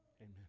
Amen